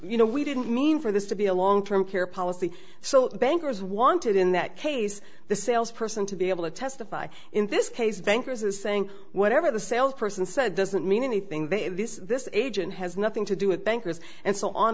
you know we didn't mean for this to be a long term care policy so bankers wanted in that case the sales person to be able to testify in this case bankers is saying whatever the salesperson said doesn't mean anything that this agent has nothing to do with bankers and so on